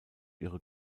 ihre